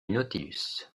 nautilus